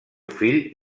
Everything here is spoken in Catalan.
fill